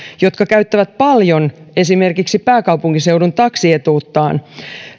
jotka käyttävät paljon esimerkiksi pääkaupunkiseudun taksietuuttaan